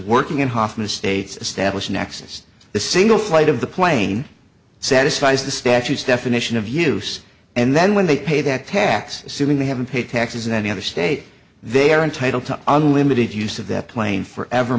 nexus the single flight of the plane satisfies the statutes definition of use and then when they pay that tax assuming they haven't paid taxes in any other state they are entitled to unlimited use of that plane forever